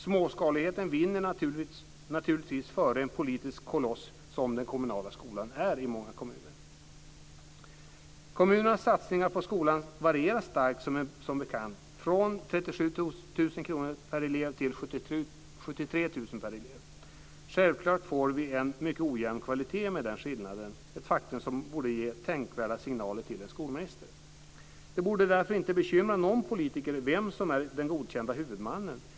Småskaligheten vinner naturligtvis före en politisk koloss som den kommunala skolan är i många kommuner. Kommunernas satsningar på skolan varierar starkt, som bekant - från 37 000 kr per elev till 73 000 per elev. Självklart får vi en mycket ojämn kvalitet med den skillnaden - ett faktum som borde ge tänkvärda signaler till en skolminister. Det borde därför inte bekymra någon politiker vem som är den godkända huvudmannen.